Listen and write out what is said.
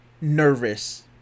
nervous